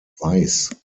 weiß